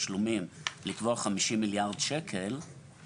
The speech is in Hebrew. לקבוע 50 מיליארד ₪ לחברת תשלומים,